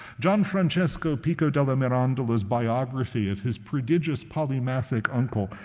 gianfrancesco pico della mirandola's biography of his prodigious polymathic uncle,